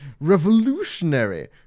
Revolutionary